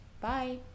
Bye